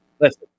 Listen